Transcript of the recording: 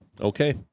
Okay